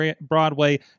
Broadway